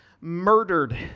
murdered